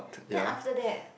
then after that